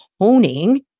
honing